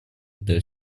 для